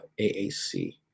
AAC